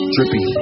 Drippy